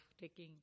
taking